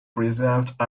preserved